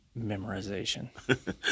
memorization